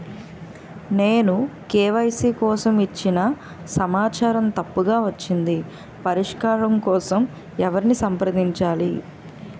నేను కే.వై.సీ కోసం ఇచ్చిన సమాచారం తప్పుగా వచ్చింది పరిష్కారం కోసం ఎవరిని సంప్రదించాలి?